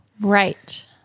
Right